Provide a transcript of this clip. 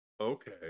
Okay